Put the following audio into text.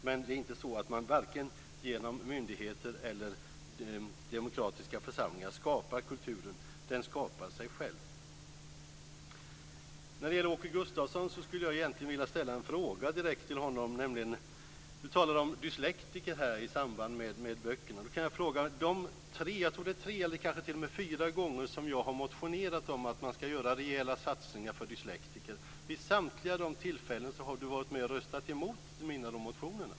Men man skapar inte kultur genom myndigheter eller demokratiska församlingar. Den skapar sig själv. Åke Gustavsson talade om dyslektiker i samband med böckerna. Jag har tre eller fyra gånger motionerat om att man skall göra rejäla satsningar för dyslektiker, och vid samtliga de tillfällena har Åke Gustavsson varit med och röstat emot motionerna.